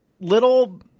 Little